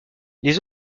les